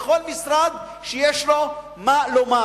וכל משרד שיש לו מה לומר.